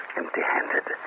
empty-handed